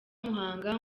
muhanga